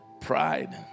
pride